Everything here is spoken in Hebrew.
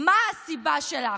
מה הסיבה שלך?